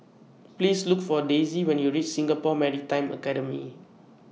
Please Look For Daisey when YOU REACH Singapore Maritime Academy